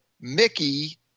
Mickey